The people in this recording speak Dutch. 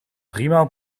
driemaal